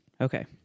Okay